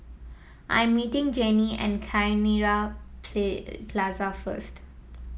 I'm meeting Jenni at Cairnhill Play Plaza first